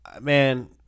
man